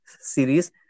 series